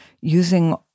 using